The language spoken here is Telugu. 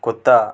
కొత్త